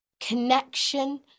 connection